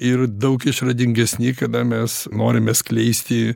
ir daug išradingesni kada mes norime skleisti